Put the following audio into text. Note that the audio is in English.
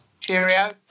cheerio